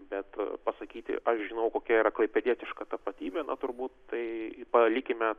bet pasakyti aš žinau kokia yra klaipėdietiška tapatybė na turbūt tai palikime